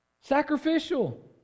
Sacrificial